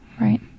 right